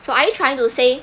so are you trying to say